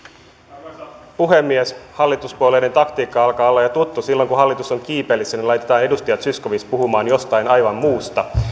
arvoisa puhemies hallituspuolueiden taktiikka alkaa olla jo tuttu silloin kun hallitus on kiipelissä laitetaan edustaja zyskowicz puhumaan jostain aivan muusta